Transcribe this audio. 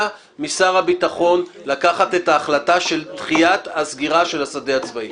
משר הביטחון לקבל את ההחלטה של דחיית הסגירה של השדה הצבאי.